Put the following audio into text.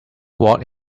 watt